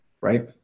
right